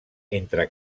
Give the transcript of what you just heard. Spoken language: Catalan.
entre